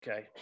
Okay